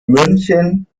münchen